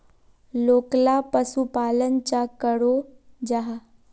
लोकला पशुपालन चाँ करो जाहा?